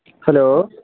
hello